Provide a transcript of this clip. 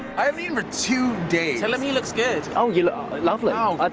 i mean for two days. tell him he looks good! oh, you look lovely! oh, but